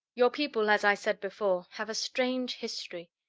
your people, as i said before, have a strange history.